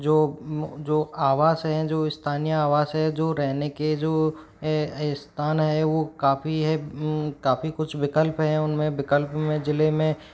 जो आवास है जो स्थानीय आवास है जो रहने के जो है स्थान है वो काफ़ी है काफ़ी कुछ विकल्प है उनमे विकल्प मे ज़िले में